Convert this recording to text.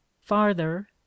farther